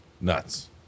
Nuts